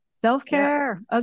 self-care